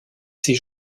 ses